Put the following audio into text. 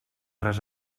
res